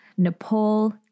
Nepal